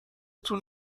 تون